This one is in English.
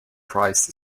price